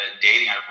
dating